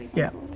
yeah.